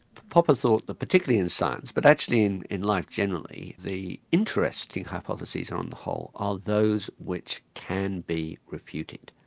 popper thought that particularly in science, but actually in in life generally, the interesting hypotheses on the whole are those which can be refuted,